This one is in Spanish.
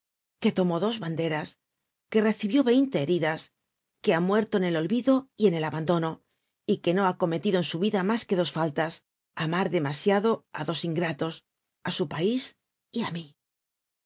que tomó dos banderas que recibió veinte heridas que ha muerto en el olvido y en el abandono y que no ha cometido en su vida mas que dos faltas amar demasiado á dos ingratos á su pais y á mí